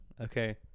okay